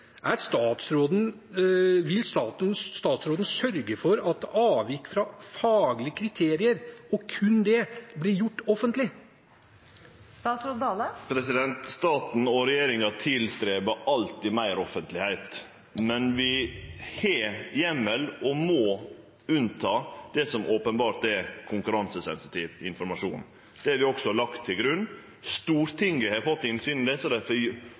Vil statsråden sørge for at avvik fra faglige kriterier – og kun det – blir gjort offentlige? Staten og regjeringa freistar alltid å få til meir offentlegheit. Men vi har heimel, og vi må halde unna det som openbert er konkurransesensitiv informasjon. Det har vi også lagt til grunn. Stortinget har fått innsyn i det,